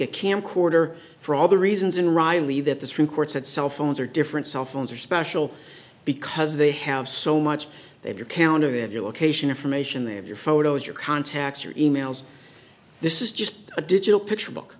a camcorder for all the reasons in riley that the supreme court said cell phones are different cell phones are special because they have so much that your counter they have your location information they have your photos your contacts or emails this is just a digital picture book